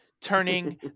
turning